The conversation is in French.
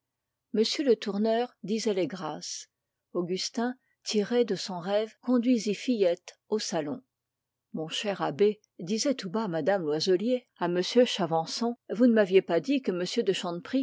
le tourneur disait les grâces augustin tiré de son rêve conduisit fillette au salon mon cher abbé disait tout bas mme loiselier à m chavançon vous ne m'aviez pas raconté que m de